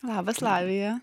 labas lavija